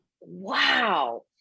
Wow